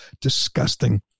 disgusting